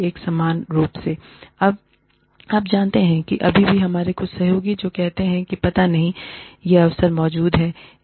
एक समान रूपसे l अब आप जानते हैं अभी भी हमारे कुछ सहयोगी हैं जो कहते हैं पता नहीं कि यह अवसर मौजूद है